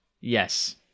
Yes